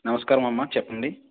నమస్కారం అమ్మా చెప్పండి